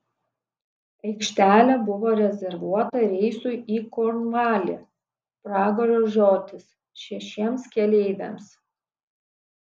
aikštelė buvo rezervuota reisui į kornvalį pragaro žiotis šešiems keleiviams